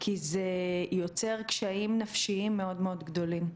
כי זה יוצר קשיים נפשיים מאוד מאוד גדולים.